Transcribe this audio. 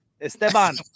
Esteban